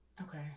okay